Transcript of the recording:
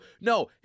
No